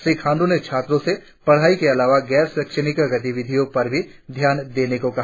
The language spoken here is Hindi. श्री खांड्र ने छात्रो से पढ़ाई के अलावा गैर शैक्षणिक गतिविधियों पर भी ध्यान देने को कहा